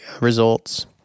results